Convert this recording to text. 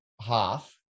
half